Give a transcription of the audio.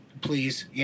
please